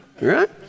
right